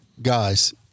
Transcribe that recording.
Guys